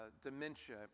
dementia